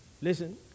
Listen